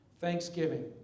thanksgiving